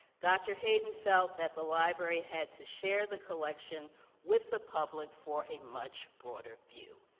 dr. hayden felt that the library had to share the collection with the public for a much broader view.